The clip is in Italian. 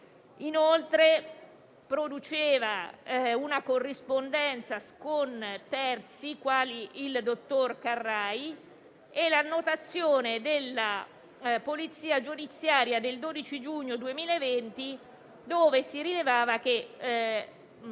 Inoltre, produceva una corrispondenza con terzi, quali il dottor Carrai, e l'annotazione della Polizia giudiziaria del 12 giugno 2020, dove si rilevava che